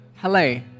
Hello